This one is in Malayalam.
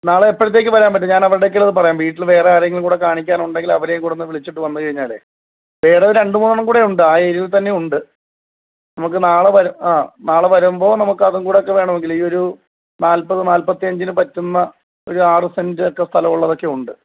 നാളെ എപ്പഴത്തേക്ക് വരാൻ പറ്റും ഞാൻ അവരുടെ അടുക്കലത് പറയാം വീട്ടില് വേറെയാരെയെങ്കിലും കൂടെ കാണിക്കാനുണ്ടെങ്കില് അവരേയും കൂടെയൊന്നു വിളിച്ചിട്ട് വന്നു കഴിഞ്ഞാല് വേറെ രണ്ടു മൂന്നെണ്ണം കൂടെയുണ്ട് ആ ഏരിയായില് തന്നെ ഉണ്ട് നമുക്ക് നാളെ വര ആ നാളെ വരുമ്പോൾ നമുക്ക് അതും കൂടിയൊക്കെ വേണമെങ്കിൽ ഈയൊരു നാല്പ്പതു നാല്പ്പത്തഞ്ചിനു പറ്റുന്ന ഒരു ആറു സെന്റൊക്കെ സ്ഥലമുള്ളതൊക്കെയുണ്ട്